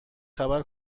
خبر